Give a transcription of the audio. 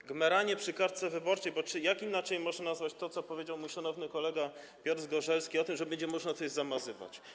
To gmeranie przy kartce wyborczej, bo jak inaczej można nazwać to, co powiedział mój szanowny kolega Piotr Zgorzelski, że będzie można coś zamazywać?